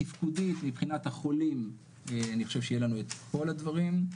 תפקודית מבחינת החולים אני חושב שיהיו לנו את כל הדברים,